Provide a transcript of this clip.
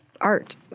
art